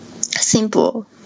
simple